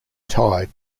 tied